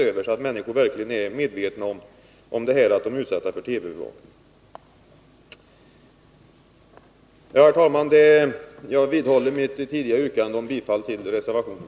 Det är viktigt att människorna verkligen blir medvetna om att de är utsatta för TV-övervakning. Herr talman! Jag vidhåller mitt tidigare yrkande om bifall till reservationen.